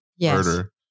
murder